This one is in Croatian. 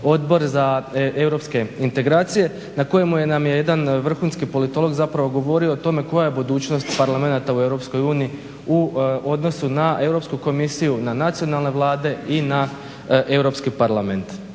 Odbor za europske integracije na kojemu nam je jedan vrhunski politolog zapravo govorio o tome koja je budućnost parlamenata u Europskoj uniji u odnosu na Europsku komisiju, na nacionalne vlade i Europski parlament.